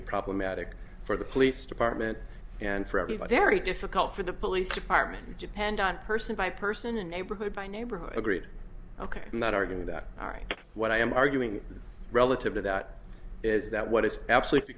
be problematic for the police department and for everybody very difficult for the police department depend on person by person and neighborhood by neighborhood agreed ok i'm not arguing that all right what i am arguing relative to that is that what is absolutely